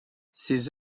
ses